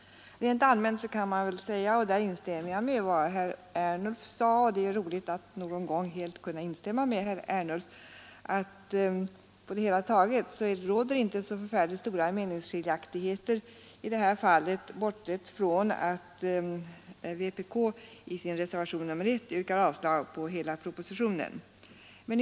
Rent allmänt kan man säga — därvidlag instämmer jag med herr Ernulf, och det är roligt att någon gång kunna göra det — att på det hela taget råder inte så stora meningsskiljaktigheter i det här ärendet, bortsett från att vänsterpartiet kommunisterna i reservationen 1 yrkar avslag på hela propositionen.